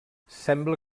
sembla